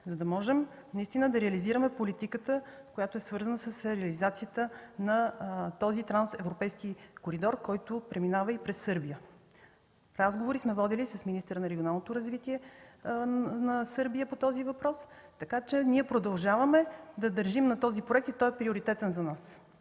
за да можем да реализираме политиката, която е свързана с реализацията на транс-европейския коридор, който преминава и през Сърбия. Водили сме разговори с министъра на регионалното развитие на Сърбия по този въпрос. Продължаваме да държим на този проект и той е приоритетен за нас.